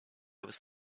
was